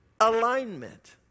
alignment